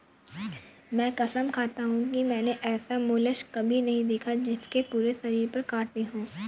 मैं कसम खाता हूँ कि मैंने ऐसा मोलस्क कभी नहीं देखा जिसके पूरे शरीर पर काँटे हों